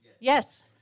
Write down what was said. Yes